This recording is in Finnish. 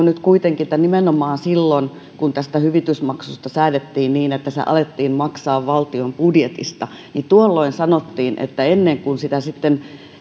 nyt kuitenkin että nimenomaan silloin kun tästä hyvitysmaksusta säädettiin niin että se alettiin maksaa valtion budjetista sanottiin että ennen kuin sitä sitten